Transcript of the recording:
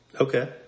Okay